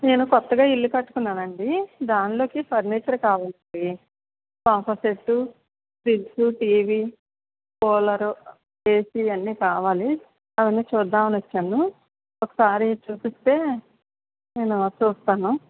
నేను కొత్తగా ఇల్లు కట్టుకున్నాను అండి దానిలోకి ఫర్నిచర్ కావాలండి sofa set fridge TV cooler AC అన్నీ కావలి అవన్నీ చూద్దామని వచ్చాను ఒకసారి చూపిస్తే నేను చూస్తాను